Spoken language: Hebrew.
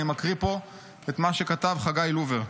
אני מקריא פה את מה שכתב חגי לובר.